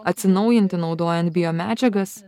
atsinaujinti naudojant bio medžiagas